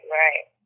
right